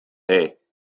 hey